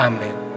Amen